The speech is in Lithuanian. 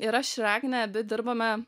ir aš ir agnė abi dirbame